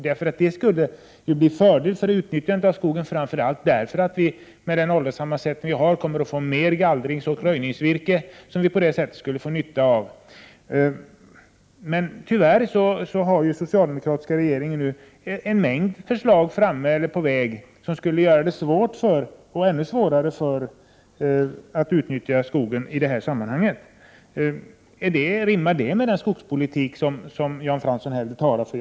Detta skulle bli till fördel vid utnyttjandet av skogen, framför allt därför att vi med den ålderssammansättning som skogen har kommer att få mer gallringsoch röjningsvirke. Tyvärr har den socialdemokratiska regeringen nu en mängd förslag, färdiga eller på väg, som skulle göra det ännu svårare att utnyttja skogen i detta sammanhang. Rimmar det med den skogspolitik som Jan Fransson här har talat för?